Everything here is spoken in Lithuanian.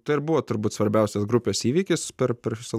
tai buvo turbūt svarbiausias grupes įvykis per visą